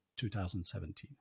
2017